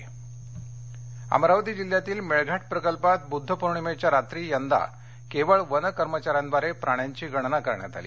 वन्यगणना अमरावती अमरावती जिल्ह्यातील मेळघाट प्रकल्पात बुद्ध पौर्णिमेच्या रात्री यंदा केवळ वन कर्मचाऱ्यांद्वारे प्राण्यांची गणना करण्यात आली